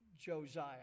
Josiah